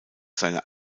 seine